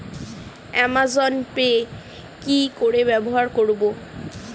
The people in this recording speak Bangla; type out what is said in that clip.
অ্যামাজন পে কি করে ব্যবহার করব?